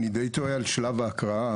אני די תוהה על שלב ההקראה.